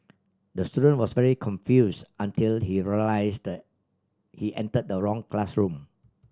the student was very confused until he realised he entered the wrong classroom